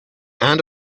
end